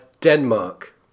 Denmark